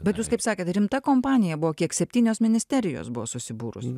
bet jūs kaip sakėt rimta kompanija buvo kiek septynios ministerijos buvo susibūrusios